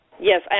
Yes